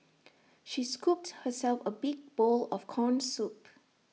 she scooped herself A big bowl of Corn Soup